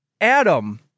Adam